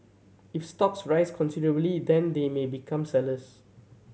if stocks rise considerably then they may become sellers